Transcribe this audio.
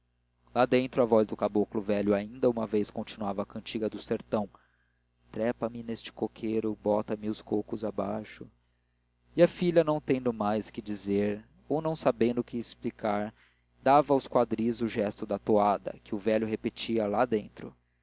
lá dentro a voz do caboclo velho ainda uma vez continuava a cantiga do sertão trepa me neste coqueiro bota me os cocos abaixo e a filha não tendo mais que dizer ou não sabendo que explicar dava aos quadris o gesto da toada que o velho repetia lá dentro